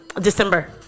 December